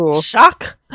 Shock